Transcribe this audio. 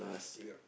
yup